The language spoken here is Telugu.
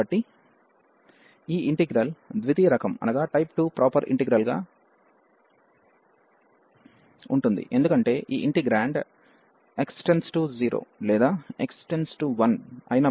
కాబట్టి ఈ ఇంటిగ్రల్ ద్వితీయ రకం ప్రాపర్ ఇంటిగ్రల్ గా ఉంటుంది ఎందుకంటే ఈ ఇంటిగ్రేండ్ x → 0 లేదా x → 1 అయినప్పుడు అన్బౌండెడ్ గా మారవచ్చు